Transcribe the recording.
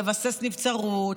לבסס נבצרות,